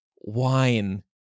wine